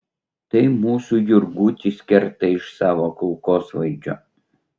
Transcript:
tai mūsų jurgutis kerta iš savo kulkosvaidžio